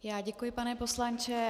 Já děkuji, pane poslanče.